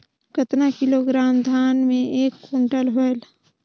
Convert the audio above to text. कतना किलोग्राम धान मे एक कुंटल होयल?